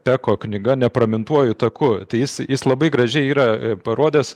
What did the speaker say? peko knyga nepramintuoju taku tai jis jis labai gražiai yra parodęs